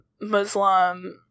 Muslim